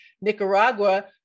Nicaragua